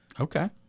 okay